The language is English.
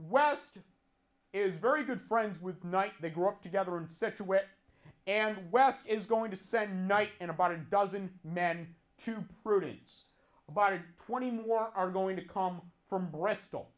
west is very good friends with night they grew up together in such a way and west is going to send knight in about a dozen men to brutes but twenty more are going to come from bristol